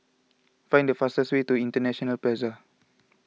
find the fastest way to International Plaza